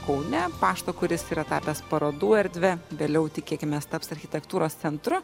kaune pašto kuris yra tapęs parodų erdve vėliau tikėkimės taps architektūros centru